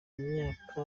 myaka